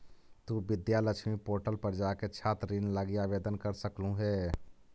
तु विद्या लक्ष्मी पोर्टल पर जाके छात्र ऋण लागी आवेदन कर सकलहुं हे